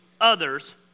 others